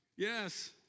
Yes